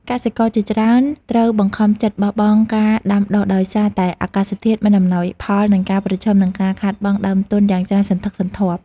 កសិករជាច្រើនត្រូវបង្ខំចិត្តបោះបង់ការដាំដុះដោយសារតែអាកាសធាតុមិនអំណោយផល និងការប្រឈមនឹងការខាតបង់ដើមទុនយ៉ាងច្រើនសន្ធឹកសន្ធាប់។